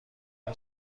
این